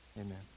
Amen